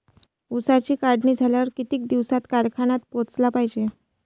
ऊसाची काढणी झाल्यावर किती दिवसात कारखान्यात पोहोचला पायजे?